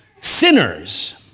sinners